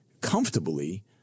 comfortably